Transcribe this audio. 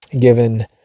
Given